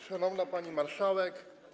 Szanowna Pani Marszałek!